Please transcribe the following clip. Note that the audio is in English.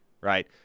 right